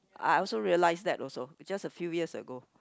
I also realize that also it's just a few years ago